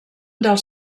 dels